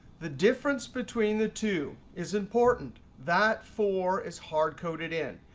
the difference between the two is important. that four is hard coded in.